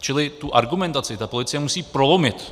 Čili tu argumentaci policie musí prolomit.